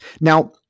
Now